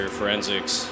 Forensics